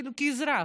כאזרח,